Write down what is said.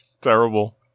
Terrible